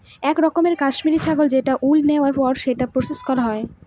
এক রকমের কাশ্মিরী ছাগল থেকে উল নেওয়ার পর সেটা প্রসেস করা হয়